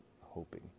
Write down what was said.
hoping